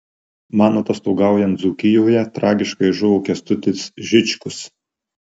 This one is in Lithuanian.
man atostogaujant dzūkijoje tragiškai žuvo kęstutis žičkus